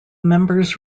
members